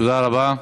תודה רבה.